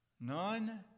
none